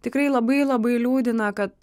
tikrai labai labai liūdina kad